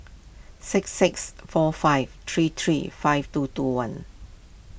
six six four five three three five two two one